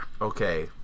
Okay